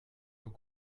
faut